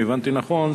אם הבנתי נכון,